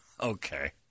Okay